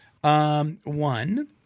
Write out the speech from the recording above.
one